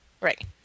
Right